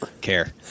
care